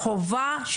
זוהי הערה חשובה.